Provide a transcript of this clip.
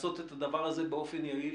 לעשות את הדבר הזה באופן יעיל,